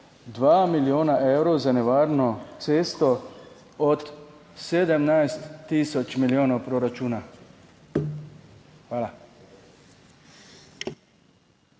2 milijona evrov za nevarno cesto od 17 tisoč milijonov proračuna. Hvala.